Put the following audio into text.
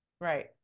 right